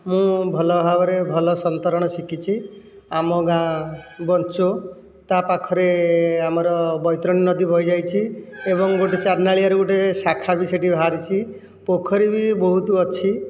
ମୁଁ ଭଲ ଭାବରେ ଭଲ ସନ୍ତରଣ ଶିଖିଛି ଆମ ଗାଆଁ ବଞ୍ଚୋ ତା ପାଖରେ ଆମର ବୈତରଣୀ ନଦୀ ବହି ଯାଇଛି ଏବଂ ଗୋଟିଏ ଚାରନାଳିଆରୁ ଗୋଟିଏ ଶାଖା ବି ସେହିଠି ବାହାରିଛି ପୋଖରୀ ବି ବହୁତ ଅଛି